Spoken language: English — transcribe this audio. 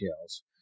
details